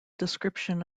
description